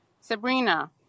Sabrina